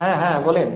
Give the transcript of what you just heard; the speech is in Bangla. হ্যাঁ হ্যাঁ বলুন